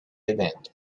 event